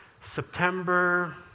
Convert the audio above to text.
September